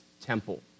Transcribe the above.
temple